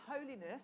holiness